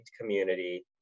community